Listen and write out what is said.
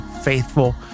Faithful